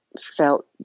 felt